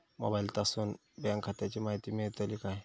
मोबाईलातसून बँक खात्याची माहिती मेळतली काय?